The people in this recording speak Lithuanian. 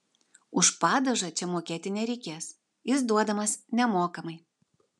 už padažą čia mokėti nereikės jis duodamas nemokamai